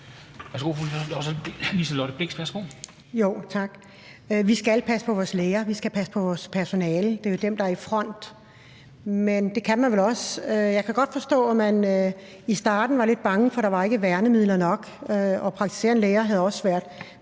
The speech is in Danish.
Blixt. Kl. 13:43 Liselott Blixt (DF): Tak. Vi skal passe på vores læger, vi skal passe på vores personale. Det er dem, der er i front. Men det kan man vel også. Jeg kan godt forstå, at man i starten var lidt bange, for der var ikke værnemidler nok, og praktiserende læger havde også svært